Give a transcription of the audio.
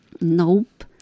Nope